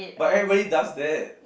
but everybody does that